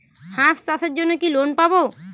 হাঁস চাষের জন্য কি লোন পাব?